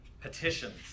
petitions